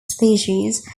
species